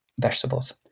vegetables